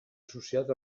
associat